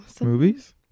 movies